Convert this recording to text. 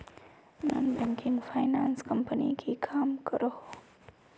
Non banking finance company की काम करोहो?